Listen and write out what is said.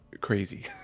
crazy